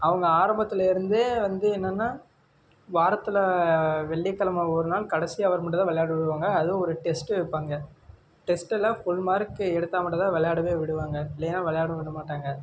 அவங்க ஆரம்பத்துலேருந்தே வந்து என்னன்னா வாரத்தில் வெள்ளிக்கெழமை ஒரு நாள் கடைசி ஹவர் மட்டும்தான் வெளையாட விடுவாங்க அதுவும் ஒரு டெஸ்ட்டு வைப்பாங்க டெஸ்ட்டில் ஃபுல் மார்க் எடுத்தால் மட்டும்தான் வெளையாடவே விடுவாங்க இல்லைனா வெளையாட விட மாட்டாங்க